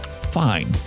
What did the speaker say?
Fine